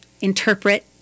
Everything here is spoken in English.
interpret